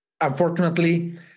unfortunately